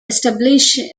establishing